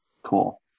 Cool